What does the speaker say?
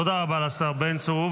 תודה רבה לשר בן צור.